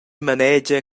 manegia